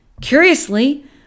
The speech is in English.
Curiously